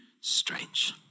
strange